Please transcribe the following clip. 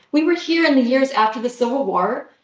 we were here in the years after the civil war,